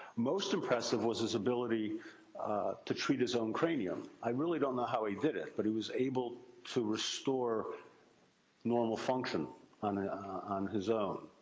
most impressive was his ability to treat his own cranium. i really don't know how he did it but he was able to restore normal function on ah on his own.